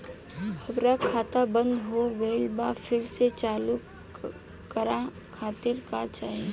हमार खाता बंद हो गइल बा फिर से चालू करा खातिर का चाही?